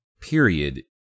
period